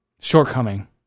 shortcoming